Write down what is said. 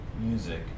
music